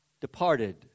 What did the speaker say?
departed